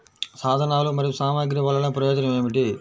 సాధనాలు మరియు సామగ్రి వల్లన ప్రయోజనం ఏమిటీ?